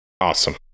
Awesome